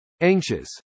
Anxious